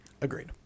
Agreed